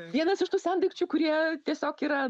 vienas iš tų sendaikčių kurie tiesiog yra